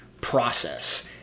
process